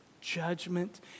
judgment